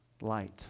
light